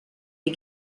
les